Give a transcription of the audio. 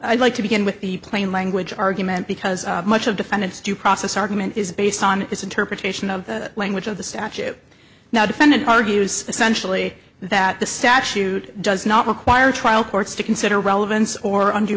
i'd like to begin with the plain language argument because much of defendants due process argument is based on its interpretation of the language of the statute now defendant argues essentially that the statute does not require a trial courts to consider relevance or und